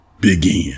begin